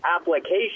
application